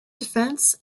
defense